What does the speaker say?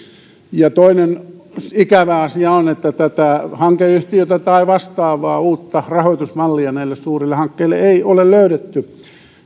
ja toinen ikävä asia on että tätä hankeyhtiötä tai vastaavaa uutta rahoitusmallia näille suurille hankkeille ei ole löydetty